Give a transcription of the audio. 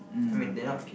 I mean they're not